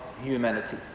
humanity